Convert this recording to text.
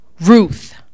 Ruth